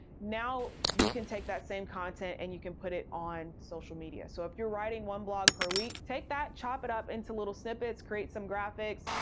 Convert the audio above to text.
now you can take that same content and you can put it on social media. so if you're writing one blog per week, take that, chop it up into little snippets, create some graphics,